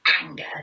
anger